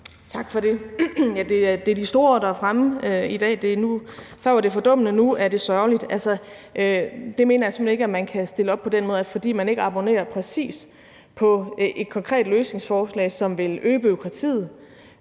Tak for det. Ja, det er de store ord, der er fremme i dag. Før var det »fordummende«, og nu er det »sørgeligt«. Det mener jeg simpelt hen ikke at man kan stille op på den måde, altså at fordi nogen ikke abonnerer præcis på et konkret løsningsforslag, som vil øge bureaukratiet,